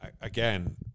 again